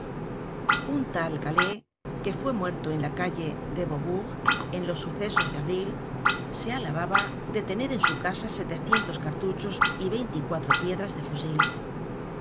un tal gallais que fue muerto en la calle beaubourg en los sucesos de abril se alababa de tener en su casa setecientos cartuchos y veinticuatro piedras de fusil